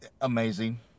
amazing